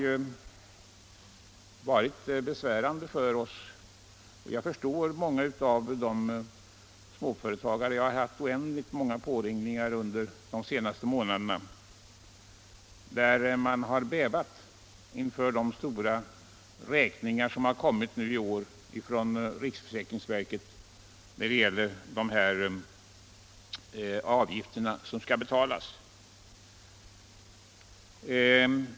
Under de senaste månaderna har jag haft ett otal telefonpåringningar från småföretagare som bävat inför de stora räkningar som kommit i år från riksförsäkringsverket när det gäller de avgifter som skall betalas.